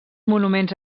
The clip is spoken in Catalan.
monuments